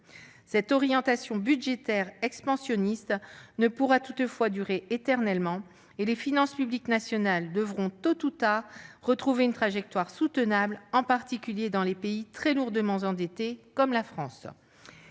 Cette orientation budgétaire expansionniste ne pourra toutefois durer éternellement et les finances publiques nationales devront, tôt ou tard, retrouver une trajectoire soutenable, en particulier dans les pays très lourdement endettés, comme la France.